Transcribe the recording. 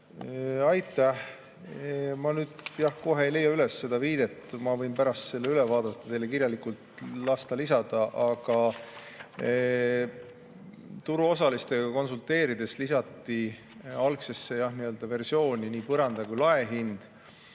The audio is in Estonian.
Jah, ma nüüd kohe ei leia üles seda viidet, ma võin pärast selle üle vaadata ja teile kirjalikult lasta [saata]. Aga turuosalistega konsulteerides lisati algsesse versiooni nii põranda‑ kui ka laehind.